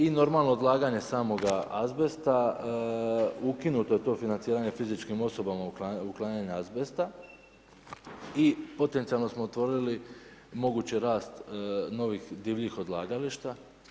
I normalno, odlaganje samoga azbesta ukinuti to financiranje fizičkim osobama uklanjanje azbesta i potencijalno smo otvorili mogući rast novih divljih odlagališta.